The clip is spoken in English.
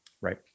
Right